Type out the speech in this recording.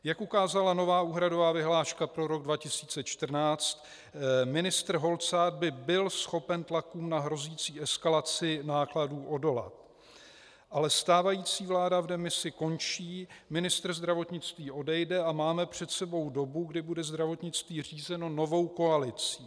Jak ukázala nová úhradová vyhláška pro rok 2014, ministr Holcát by byl schopen tlakům na hrozící eskalaci nákladů odolat, ale stávající vláda v demisi končí, ministr zdravotnictví odejde a máme před sebou dobu, kdy bude zdravotnictví řízeno novou koalicí.